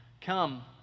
come